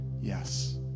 Yes